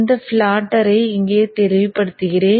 இந்த பிளாட்டர்ஐ இங்கே தெளிவுபடுத்துகிறேன்